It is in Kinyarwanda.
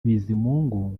bizimungu